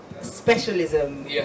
specialism